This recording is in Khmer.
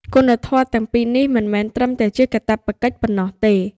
គុណធម៌ទាំងពីរនេះ មិនមែនត្រឹមតែជាកាតព្វកិច្ចប៉ុណ្ណោះទេ។